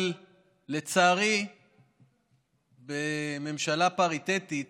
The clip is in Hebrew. אבל לצערי בממשלה פריטטית